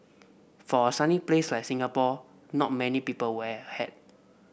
for a sunny place like Singapore not many people wear a hat